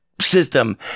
System